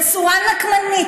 בצורה נקמנית,